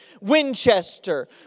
Winchester